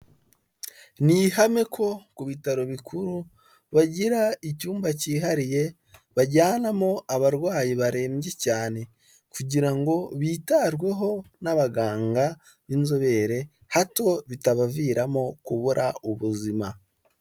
Ni ihame ko ku bitaro bikuru bagira icyumba cyihariye bajyanamo abarwayi barembye cyane, kugira ngo bitabweho n'abaganga b'inzobere hato bitabaviramo kubura ubuzima.